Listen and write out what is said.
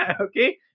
okay